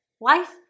life